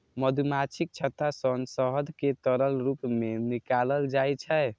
मधुमाछीक छत्ता सं शहद कें तरल रूप मे निकालल जाइ छै